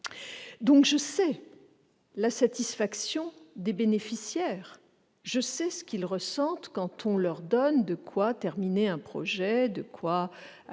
Je sais la satisfaction des bénéficiaires. Je sais ce qu'ils ressentent quand on leur donne de quoi terminer un projet, par exemple